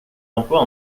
emplois